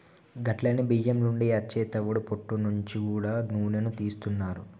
గట్లనే బియ్యం నుండి అచ్చే తవుడు పొట్టు నుంచి గూడా నూనెను తీస్తున్నారు